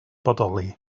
bodoli